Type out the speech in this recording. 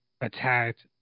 attacked